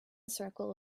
circle